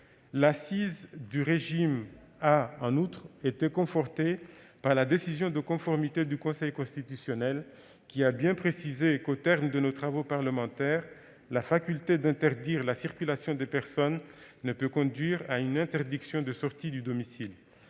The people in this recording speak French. L'assise du régime a, en outre, été confortée par la décision de conformité du Conseil constitutionnel, qui a bien précisé que, au terme de nos travaux parlementaires, la faculté d'interdire la circulation des personnes ne pouvait conduire à une interdiction de sortie du domicile.